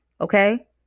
Okay